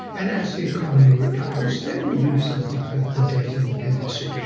and as the economy recovers, then we do something about the debt and the deficit.